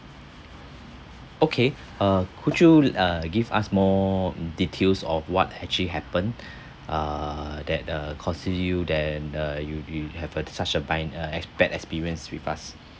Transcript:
okay uh could you uh give us more details of what actually happened err that uh causes you then uh you you have such a bin~ uh ex~ bad experience with us